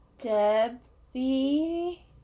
Debbie